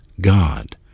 God